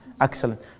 excellent